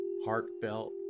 heartfelt